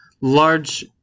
large